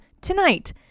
tonight